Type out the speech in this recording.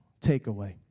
takeaway